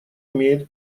имеет